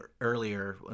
earlier